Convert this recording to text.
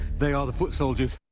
they are the foot soldiers.